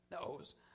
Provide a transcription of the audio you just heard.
knows